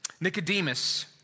Nicodemus